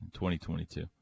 2022